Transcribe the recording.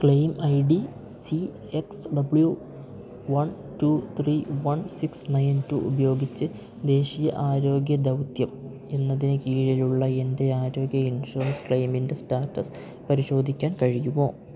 claim I D C X W one two three one six nine two ഉപയോഗിച്ച് ദേശീയ ആരോഗ്യ ദൗത്യം എന്നതിന് കീഴിലുള്ള എൻ്റെ ആരോഗ്യ ഇൻഷുറൻസ് ക്ലെയിമിൻ്റെ സ്റ്റാറ്റസ് പരിശോധിക്കാൻ കഴിയുമോ